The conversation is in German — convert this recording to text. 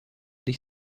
dich